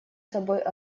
собой